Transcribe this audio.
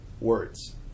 words